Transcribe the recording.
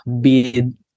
bid